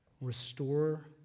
Restore